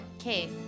Okay